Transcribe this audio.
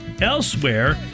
elsewhere